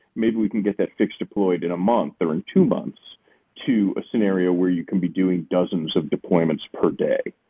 maybe we can get that fix deployed in a month or in two months to a scenario where you can be doing dozens of deployments per day.